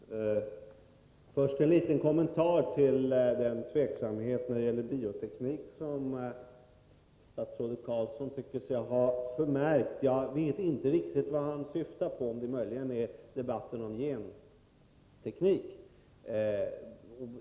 Herr talman! Först en liten kommentar till den tveksamhet när det gäller bioteknik som statsrådet Carlsson tycker sig ha förmärkt. Jag vet inte riktigt vad han syftar på — om det möjligen är debatten om genteknik.